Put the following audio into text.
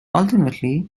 ultimately